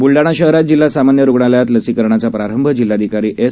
बुलडाणा शहरात जिल्हा सामान्य रुग्णालयात लसीकरणाचा प्रारंभ जिल्हाधिकारी एस